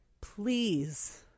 please